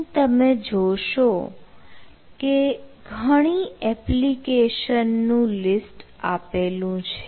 અહીં તમે જોશો કે ઘણી એપ્લિકેશન નું લિસ્ટ આપેલું છે